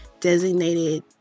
designated